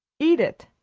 eat it,